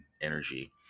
energy